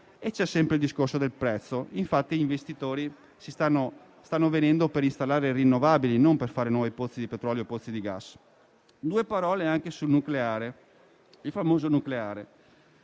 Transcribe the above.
C'è sempre il discorso del prezzo: infatti gli investitori stanno venendo per installare le rinnovabili, non per fare nuovi pozzi di petrolio o di gas. Due parole anche sul nucleare, il famoso nucleare.